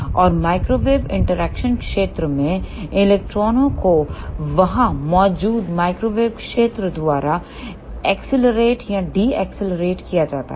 और microwave interaction क्षेत्र में इलेक्ट्रॉनों को वहां मौजूद माइक्रोवेव क्षेत्र द्वारा एक्सीलरेट या डी एक्सीलरेट किया जाता है